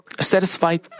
satisfied